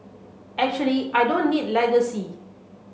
actually I don't need legacy